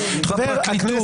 מהפרקליטות.